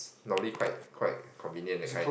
normally quite quite convenient that kind